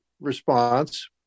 response